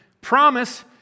Promise